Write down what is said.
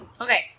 Okay